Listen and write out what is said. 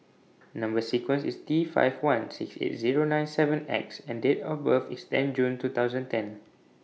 Number sequence IS T five one six eight Zero nine seven X and Date of birth IS ten June two thousand ten